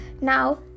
now